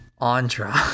Andra